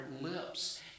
lips